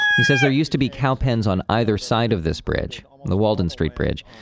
he says there used to be cow pens on either side of this bridge, the walden street bridge.